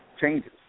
changes